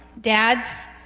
dad's